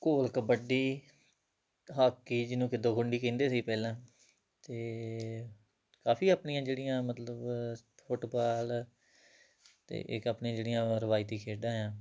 ਘੋਲ ਕਬੱਡੀ ਹਾਕੀ ਜਿਹਨੂੰ ਖਿੱਦੋ ਖੁੰਡੀ ਕਹਿੰਦੇ ਸੀ ਪਹਿਲਾਂ ਤਾਂ ਕਾਫ਼ੀ ਆਪਣੀਆਂ ਜਿਹੜੀਆਂ ਮਤਲਬ ਫੁੱਟਬਾਲ ਅਤੇ ਇੱਕ ਆਪਣੀ ਜਿਹੜੀਆਂ ਰਿਵਾਇਤੀ ਖੇਡਾਂ ਆ